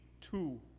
two